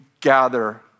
gather